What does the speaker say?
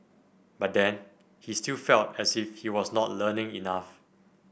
but then he still felt as if he was not learning enough